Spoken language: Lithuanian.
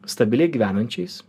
stabiliai gyvenančiais